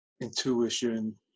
intuition